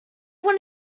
want